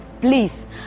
Please